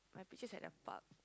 my picture is at the park